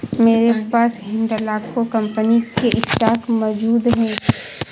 मेरे पास हिंडालको कंपनी के स्टॉक मौजूद है